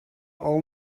all